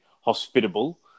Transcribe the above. hospitable